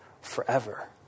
forever